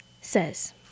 says